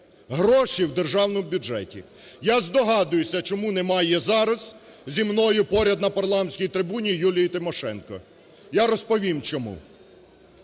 гроші в державному бюджеті. Я здогадуюся, чому немає зараз зі мною поряд на парламентській трибуні Юлії Тимошенко, я розповім чому.